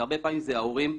הרבה פעמים זה ההורים,